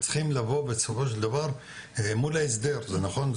צריכים לבוא בסופו של דבר מול ההסדר נכון?